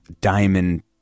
Diamond